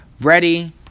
Ready